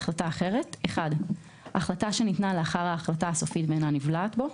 "החלטה אחרת" (1)החלטה שניתנה לאחר ההחלטה הסופית ואינה נבלעת בו,